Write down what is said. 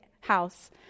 house